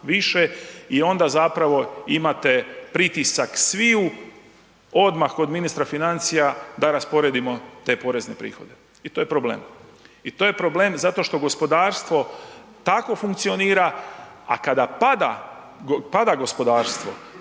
više i onda zapravo imate pritisak sviju odmah kod ministra financija da rasporedimo te porezne prihode. I to je problem. I to je problem zato što gospodarstvo tako funkcionira, a kada pada, pada gospodarstvo